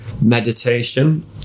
meditation